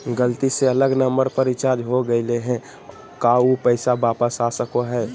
गलती से अलग नंबर पर रिचार्ज हो गेलै है का ऊ पैसा वापस आ सको है?